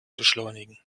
beschleunigen